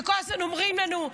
כשכל הזמן אומרים לנו: